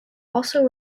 also